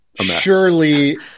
surely